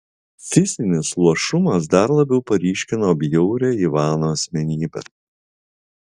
fizinis luošumas dar labiau paryškino bjaurią ivano asmenybę